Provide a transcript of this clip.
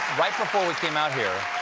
right before we came out here,